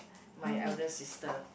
my elder sister